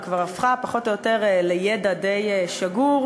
וכבר הפכה פחות או יותר לידע די שגור,